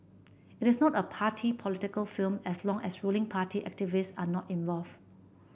it is not a party political film as long as ruling party activists are not involved